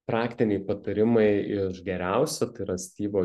praktiniai patarimai iš geriausio tai yra styvo